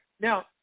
Now